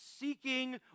seeking